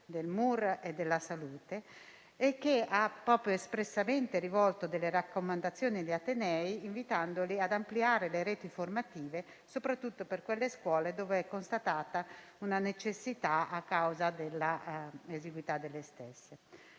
del MUR e della salute e che ha espressamente rivolto delle raccomandazioni agli atenei, invitandoli ad ampliare le reti formative soprattutto per quelle scuole dove è constatata una necessità a causa della esiguità delle stesse.